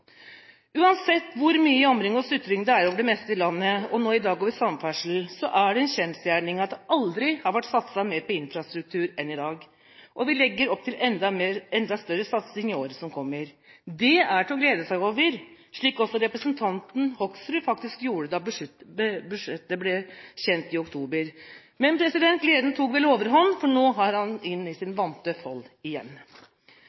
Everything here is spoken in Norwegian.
Uansett hvor mye jamring og sutring det er over det meste i landet – og nå i dag over samferdsel – er det en kjensgjerning at det aldri har vært satset mer på infrastruktur enn i dag, og vi legger opp til enda større satsing i året som kommer. Det er til å glede seg over, slik også representanten Hoksrud faktisk gjorde da budsjettet ble kjent i oktober. Men gleden tok vel overhånd, for nå er han inne i